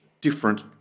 different